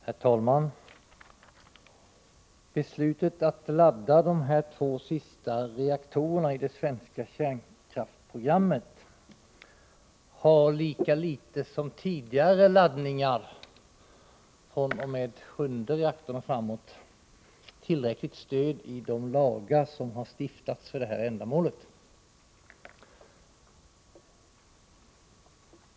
Herr talman! Beslutet att ladda de två sista reaktorerna i det svenska kärnkraftsprogrammet har lika litet som besluten om tidigare laddningar från den sjunde reaktorn och framåt tillräckligt stöd i de lagar som stiftats för detta ändamål.